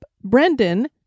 Brendan